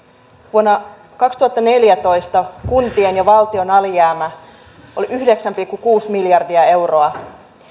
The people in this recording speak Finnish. vuonna kaksituhattaneljätoista kuntien ja valtion alijäämä oli yhdeksän pilkku kuusi miljardia euroa